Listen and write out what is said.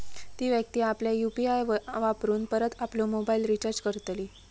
ती व्यक्ती आपल्या यु.पी.आय वापरून परत आपलो मोबाईल रिचार्ज करतली